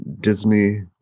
disney